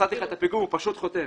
מסרתי לך את הפיגום הוא פשוט חותם.